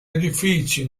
edifici